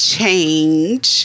change